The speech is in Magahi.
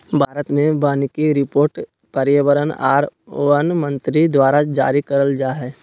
भारत मे वानिकी रिपोर्ट पर्यावरण आर वन मंत्री द्वारा जारी करल जा हय